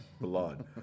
blood